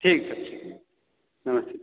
ठीक सर ठीक नमस्ते